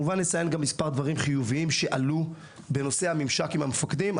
כמובן נציין גם מספר דברים חיוביים שעלו בנושא הממשק עם המפקדים.